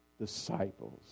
disciples